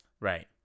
Right